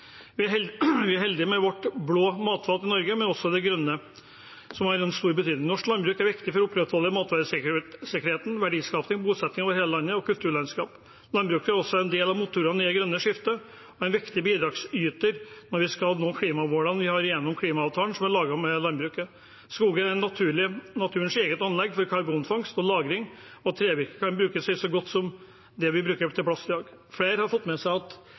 Vi er heldige med vårt blå matfat i Norge, men også det grønne, som har stor betydning. Norsk landbruk er viktig for å opprettholde matvaresikkerhet, verdiskaping, bosetting over hele landet og kulturlandskap. Landbruket er også en del av motorene i det grønne skiftet og en viktig bidragsyter når vi skal nå klimamålene vi har gjennom klimaavtalen som er laget sammen med landbruket. Skogen er naturens eget anlegg for karbonfangst og -lagring, og trevirke kan brukes til så godt som alt vi bruker til plast i dag. Flere har fått med seg at